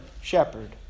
shepherd